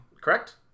correct